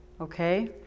Okay